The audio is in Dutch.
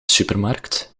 supermarkt